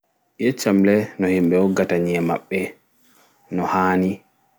Yeccam le no himɓe woggata nyi'e maɓɓe no haanɗi